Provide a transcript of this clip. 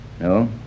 No